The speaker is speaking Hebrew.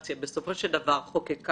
גם אם החוק מאפשר את זה, בסוף אתה יוצר